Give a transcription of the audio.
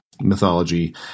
mythology